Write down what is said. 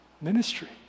ministry